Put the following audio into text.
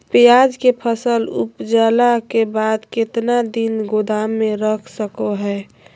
प्याज के फसल उपजला के बाद कितना दिन गोदाम में रख सको हय?